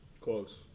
Close